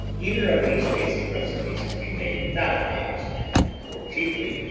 either of these basic recipes can be made without eggs, and more cheaply,